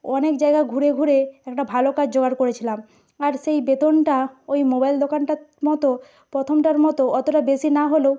অনেক জায়গা ঘুরে ঘুরে একটা ভালো কাজ জোগাড় করেছিলাম আর সেই বেতনটা ওই মোবাইল দোকানটার মতো প্রথমটার মতো অতটা বেশি না হলেও